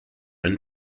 when